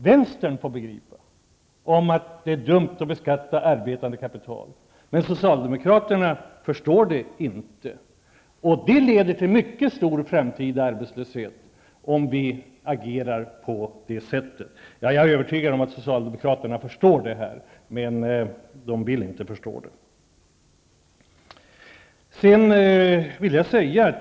Vänstern börjar begripa att det är dumt att beskatta arbetande kapital, men socialdemokraterna förstår det inte. Det leder till mycket stor framtida arbetslöshet, om vi skulle agera som socialdemokratena vill. Ja, jag är övertygad om att socialdemokraterna förstår saken, men de vill inte förstå den.